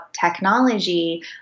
technology